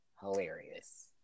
hilarious